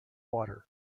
water